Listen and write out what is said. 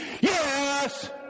Yes